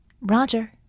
Roger